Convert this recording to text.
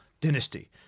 dynasty